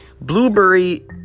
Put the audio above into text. Blueberry